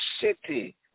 city